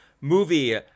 movie